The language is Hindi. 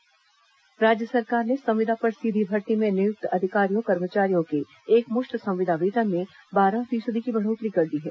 संविदा कर्मचारी वेतन राज्य सरकार ने संविदा पर सीधी भर्ती में नियुक्त अधिकारियों कर्मचारियों के एकमुश्त संविदा वेतन में बारह फीसदी की बढ़ोत्तरी कर दी है